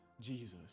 Jesus